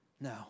No